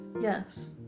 Yes